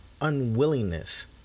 unwillingness